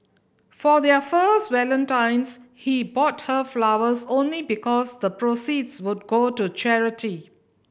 for their first Valentine's he bought her flowers only because the proceeds would go to charity